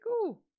cool